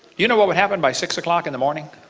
you know what would happen by six o'clock in the morning?